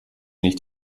nicht